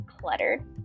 cluttered